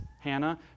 Hannah